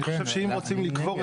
אני חושב שבכל מקרה,